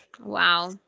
Wow